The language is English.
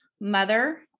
mother